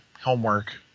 homework